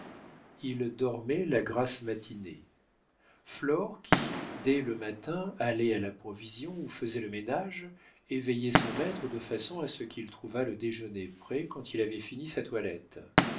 il dormait la grasse matinée flore qui dès le matin allait à la provision ou faisait le ménage éveillait son maître de façon à ce qu'il trouvât le déjeuner prêt quand il avait fini sa toilette